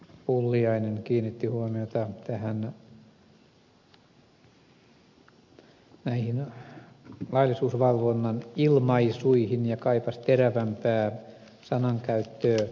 pulliainen kiinnitti huomiota laillisuusvalvonnan ilmaisuihin ja kaipasi terävämpää sanankäyttöä